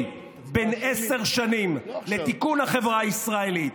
בן עשר שנים לתיקון החברה הישראלית.